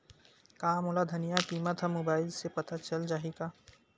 का मोला धनिया किमत ह मुबाइल से पता चल जाही का?